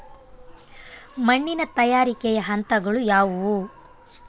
ಮಣ್ಣಿನ ತಯಾರಿಕೆಯ ಹಂತಗಳು ಯಾವುವು?